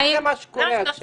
זה מה שקורה עכשיו.